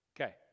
Okay